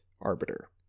arbiter